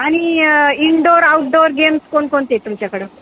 आणि indoor outdoor games कोणकोणते आहेत तुमच्याकडं